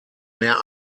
mehr